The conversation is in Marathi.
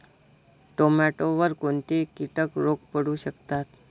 टोमॅटोवर कोणते किटक रोग पडू शकतात?